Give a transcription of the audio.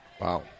Wow